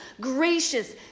gracious